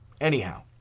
Anyhow